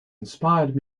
inspired